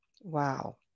Wow